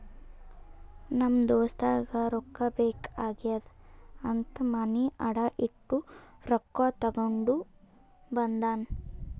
ನಮ್ ದೋಸ್ತಗ ರೊಕ್ಕಾ ಬೇಕ್ ಆಗ್ಯಾದ್ ಅಂತ್ ಮನಿ ಅಡಾ ಇಟ್ಟು ರೊಕ್ಕಾ ತಗೊಂಡ ಬಂದಾನ್